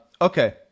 Okay